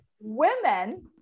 women